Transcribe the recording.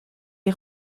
est